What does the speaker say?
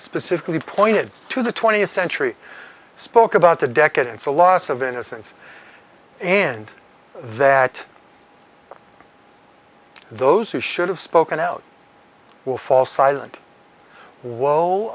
specifically pointed to the twentieth century spoke about the decadence a loss of innocence and that those who should have spoken out will fall silent whoa